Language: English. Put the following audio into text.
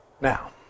Now